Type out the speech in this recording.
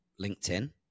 LinkedIn